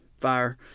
fire